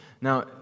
Now